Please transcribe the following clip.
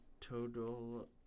total